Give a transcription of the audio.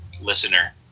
listener